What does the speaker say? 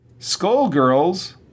Skullgirls